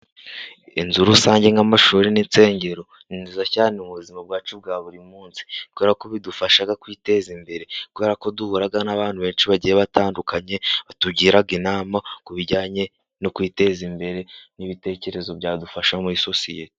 Inzu rusange nk'amashuri n'insengero, ni nziza cyane mu buzima bwacu bwa buri munsi. Kubera ko bidufasha kwiteza imbere, kubera ko duhura n'abantu benshi bagiye batandukanye, batugira inama ku bijyanye no kwiteza imbere, n'ibitekerezo byadufasha muri sosiyete.